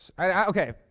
okay